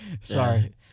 Sorry